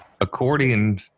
according